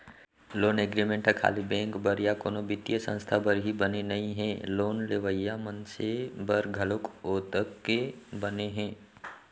loan agreement ह खाली bank बर या कोनो बित्तीय संस्था बर ही बने नइ हे लोन लेवइया मनसे बर घलोक ओतके बने हे